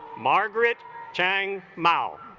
margaret chang mouth